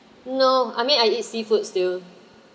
no I mean I eat seafood still